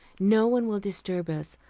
no one will disturb us.